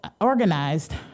organized